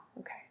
Okay